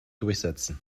durchsetzen